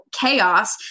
chaos